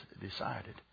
decided